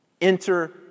Enter